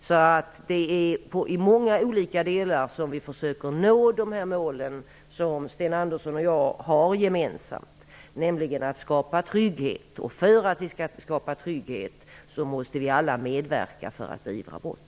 Det är alltså i många olika delar som vi försöker nå dessa mål som Sten Andersson och jag har gemensamt, nämligen att skapa trygghet. För att vi skall skapa trygghet måste vi alla medverka för att beivra brott.